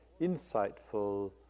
insightful